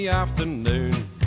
Afternoon